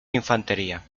infantería